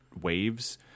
waves